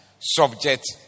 subject